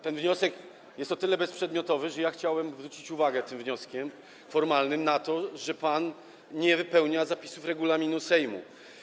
Ten wniosek jest o tyle bezprzedmiotowy, że ja chciałem zwrócić uwagę tym wnioskiem formalnym na to, że pan nie wypełnia zapisów regulaminu Sejmu.